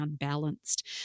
unbalanced